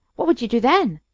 what would you do then?